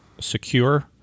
secure